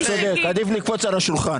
אתה צודק, עדיף לקפוץ על השולחן.